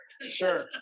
sure